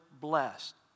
blessed